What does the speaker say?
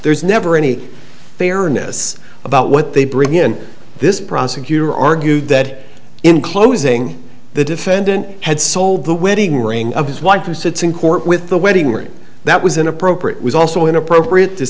there's never any fairness about what they bring in this prosecutor argued that in closing the defendant had sold the wedding ring of his wife who sits in court with the wedding ring that was inappropriate was also inappropriate to